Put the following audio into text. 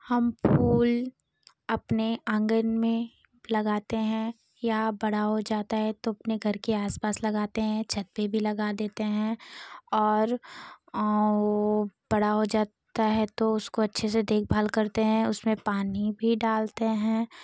हम फूल अपने आंगन में लगाते हैं यह बड़ा हो जाता है तो अपने घर के आसपास लगाते हैं छत पर भी लगा देते हैं और वह बड़ा हो जाता है तो उसकी अच्छी से देखभाल करते हैं उसमें पानी भी डालते हैं